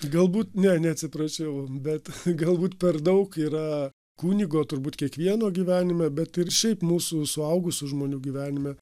galbūt ne neatsiprašiau bet galbūt per daug yra kunigo turbūt kiekvieno gyvenime bet ir šiaip mūsų suaugusių žmonių gyvenime